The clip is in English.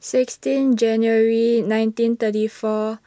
sixteen January nineteen thirty four